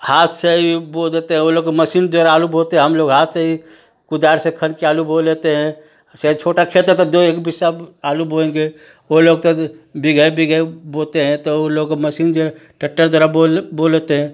हाथ से भी बो देते हैं ओ लोग मसीन जरे आलू बोते हम लोग हाथ से ही कुदाल से खन कर आलू बो लेते हैं चाहे छोटा खेत है तो दो एक बीसा आलू बोएंगे वो लोग तो बीघे बीघे बोते हैं तो वो लोग मसीन जरे ट्रेक्टर द्वारा बोल बो लेते हैं